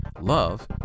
Love